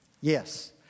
Yes